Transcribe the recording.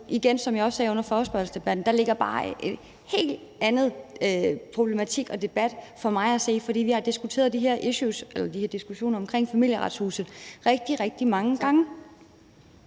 igen, som jeg også sagde under forespørgselsdebatten, ligger der bare en helt anden problematik og debat for mig at se, for vi har haft de her diskussioner om Familieretshuset rigtig, rigtig mange gange.